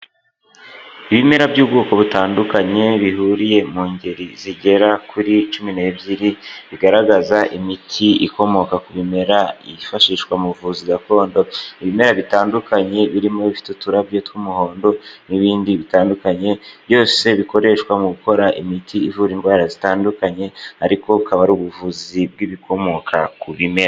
Ibimera by'ubwoko butandukanye bihuriye mu ngeri zigera kuri cumi n'ebyiri, bigaragaza imiti ikomoka ku bimera yifashishwa mu buvuzi gakondo ibimera bitandukanye, birimo bifite uturabyo tw'umuhondo n'ibindi bitandukanye byose bikoreshwa mu gukora imiti ivura indwara zitandukanye ariko akaba ari ubuvuzi bw'ibikomoka ku bimera.